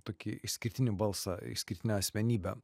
tokį išskirtinį balsą išskirtinę asmenybę